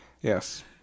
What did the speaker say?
Yes